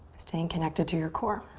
staying connected to your core.